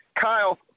Kyle